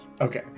okay